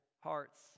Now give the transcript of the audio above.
hearts